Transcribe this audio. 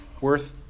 worth